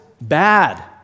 bad